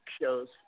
shows